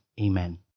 Amen